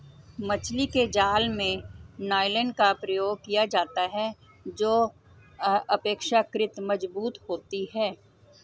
मछली के जाल में नायलॉन का प्रयोग किया जाता है जो अपेक्षाकृत मजबूत होती है